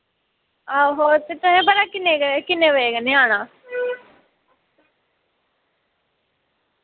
आहो ते तुसें भला किन्ने क किन्ने बजे कन्नै आना